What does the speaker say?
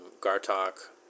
Gartok